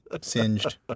Singed